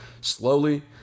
slowly